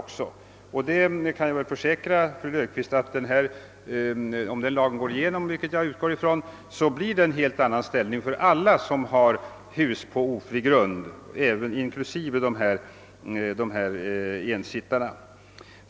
Jag kan försäkra fru Löfqvist att om lagen går igenom, vilket jag utgår från, blir det en helt annan ställning för alla som har hus på ofri grund, inklusive ensittarna.